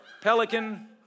pelican